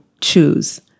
choose